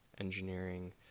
engineering